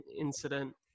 incident